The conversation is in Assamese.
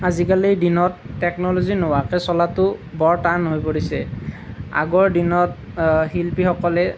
আজিকালিৰ দিনত টেকন'লজি নোহোৱাকৈ চলাটো বৰ টান হৈ পৰিছে আগৰ দিনত শিল্পীসকলে